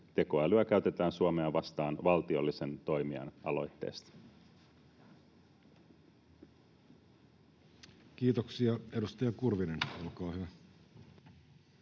tekoälyä käytetään Suomea vastaan valtiollisen toimijan aloitteesta. Kiitoksia. — Edustaja Kurvinen, olkaa hyvä.